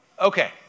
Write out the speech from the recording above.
Okay